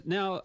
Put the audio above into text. Now